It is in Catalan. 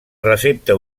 recepta